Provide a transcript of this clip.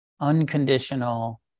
unconditional